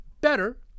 better